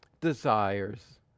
desires